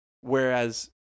Whereas